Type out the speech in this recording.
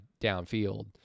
downfield